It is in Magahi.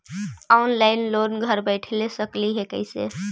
ऑनलाइन लोन घर बैठे ले सकली हे, कैसे?